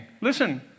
Listen